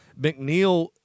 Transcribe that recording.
McNeil